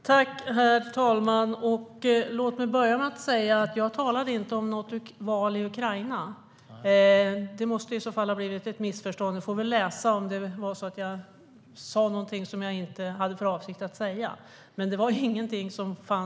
Herr talman! Jag talade inte om något val i Ukraina. Det måste ha blivit ett missförstånd. Vi får väl läsa i protokollet om jag sa något som jag inte hade för avsikt att säga.